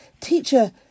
Teacher